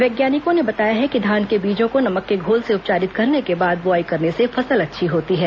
वैज्ञानिकों ने बताया कि धान के बीजों को नमक के घोल से उपचारित करने के बाद बोआई करने से फसल अच्छी होती है